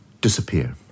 disappear